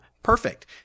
Perfect